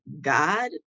God